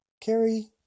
Carrie